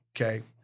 Okay